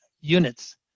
units